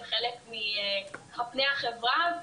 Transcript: הם חלק מפני החברה,